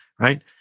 right